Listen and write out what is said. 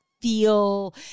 feel